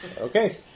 Okay